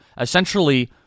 essentially